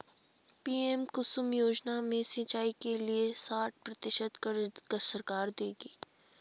PM Kusum योजना में सिंचाई के लिए साठ प्रतिशत क़र्ज़ सरकार देगी